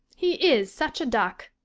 he is such a duck.